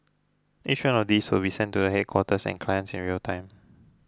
each of these will be sent to the headquarters and clients in real time